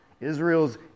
Israel's